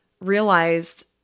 realized